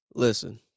Listen